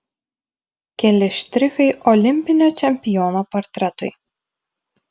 keli štrichai olimpinio čempiono portretui